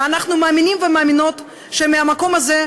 ואנחנו מאמינים ומאמינות שמהמקום הזה,